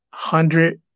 hundred